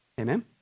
Amen